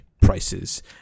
prices